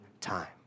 time